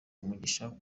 umugisha